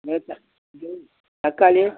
என்னது தக்காளி தக்காளி